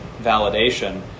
validation